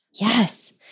Yes